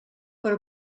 per